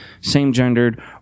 same-gendered